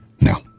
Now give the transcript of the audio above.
No